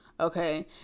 Okay